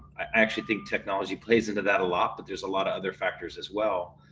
i actually think technology plays into that a lot. but there's a lot of other factors as well.